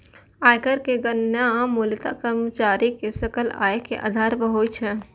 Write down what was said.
आयकर के गणना मूलतः कर्मचारी के सकल आय के आधार पर होइ छै